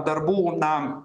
darbų na